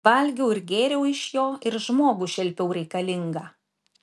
valgiau ir gėriau iš jo ir žmogų šelpiau reikalingą